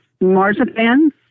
Marzipan